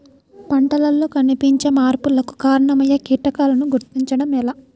పంటలలో కనిపించే మార్పులకు కారణమయ్యే కీటకాన్ని గుర్తుంచటం ఎలా?